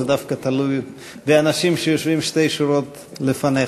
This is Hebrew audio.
זה דווקא תלוי באנשים שיושבים שתי שורות לפניך.